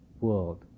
world